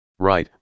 Right